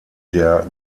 der